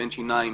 אין שיניים